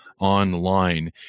online